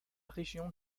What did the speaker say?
région